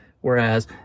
Whereas